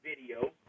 video